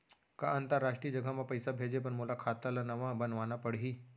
का अंतरराष्ट्रीय जगह म पइसा भेजे बर मोला खाता ल नवा बनवाना पड़ही?